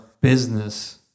business